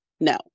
No